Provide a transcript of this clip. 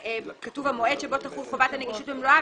וכתוב המועד שבו תחול חובת הנגישות במלואה,